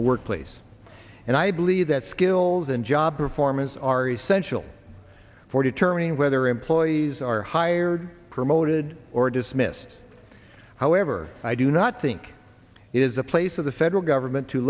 the workplace and i believe that skills and job performance are essential for determining whether employees are hired promoted or dismissed however i do not think it is a place of the federal government to